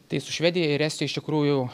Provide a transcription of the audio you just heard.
tai su švedija ir estija iš tikrųjų